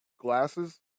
glasses